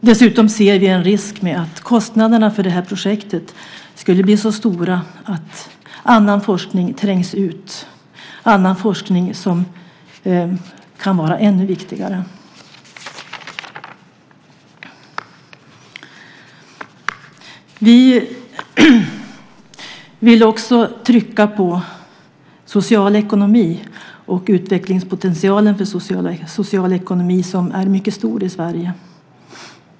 Dessutom ser vi en risk med att kostnaderna för projektet skulle bli så stora att annan forskning som kan vara ännu viktigare trängs ut. Vi vill också betona social ekonomi och att utvecklingspotentialen för social ekonomi är mycket stor i Sverige.